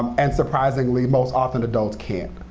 and surprisingly, most often, adults can't.